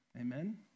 Amen